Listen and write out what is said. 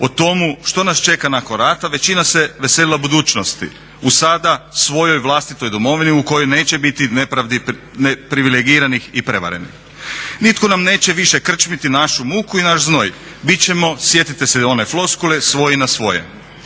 o tomu što nas čeka nakon rata većina se veselila budućnosti u sada svojoj vlastitoj domovini u kojoj neće biti nepravdi privilegiranih i prevarenih. Nitko nam neće više krčmiti našu muku i naš znoj. Bit ćemo sjetite se one floskule svoj na svojem.